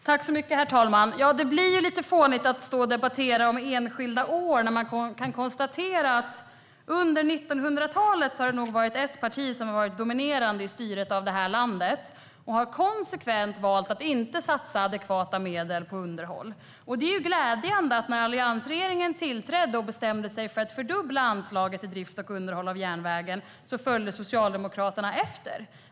Herr talman! Det blir lite fånigt att debattera enskilda år när man kan konstatera att under 1900-talet har ett parti dominerat i styret av landet. Det har konsekvent valt att inte satsa adekvata medel på underhåll. Det är glädjande att när alliansregeringen tillträdde och bestämde sig för att fördubbla anslaget till drift och underhåll av järnvägen följde Socialdemokraterna efter.